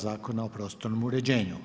Zakona o prostornom uređenju.